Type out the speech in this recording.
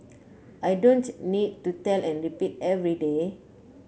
I don't need to tell and repeat every day